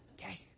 Okay